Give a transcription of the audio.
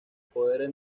poderes